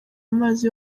amazi